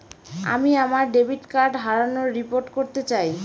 আমি আমার debit card হারানোর রিপোর্ট করতে চাই